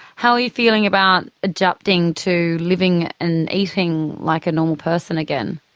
how are you feeling about adapting to living and eating like a normal person again?